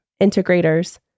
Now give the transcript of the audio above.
integrators